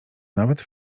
nawet